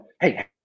hey